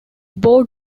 board